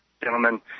Gentlemen